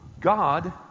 God